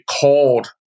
called